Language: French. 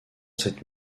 cette